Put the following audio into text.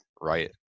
Right